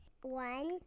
One